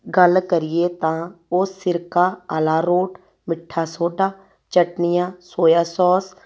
ਗੱਲ ਕਰੀਏ ਤਾਂ ਉਹ ਸਿਰਕਾ ਅਲਾ ਰੋਟ ਮਿੱਠਾ ਸੋਡਾ ਚਟਨੀਆਂ ਸੋਇਆ ਸੋਸ